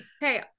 Hey